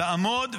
לעמוד,